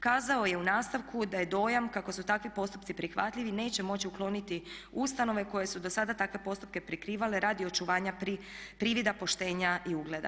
Kazao je u nastavku da je dojam kako su takvi postupci prihvatljivi neće moći ukloniti ustanove koje su dosada takve postupke prikrivale radi očuvanja privida poštenja i ugleda.